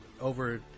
over